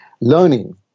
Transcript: learning